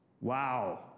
Wow